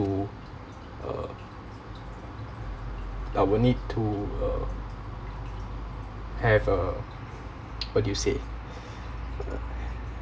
uh I will need to uh have uh what do you say